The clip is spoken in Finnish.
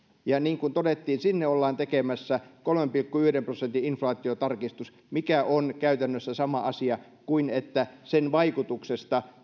ja niin kuin todettiin sinne ollaan tekemässä kolmen pilkku yhden prosentin inflaatiotarkistus mikä on käytännössä sama asia kuin tuloveron aleneminen sen vaikutuksesta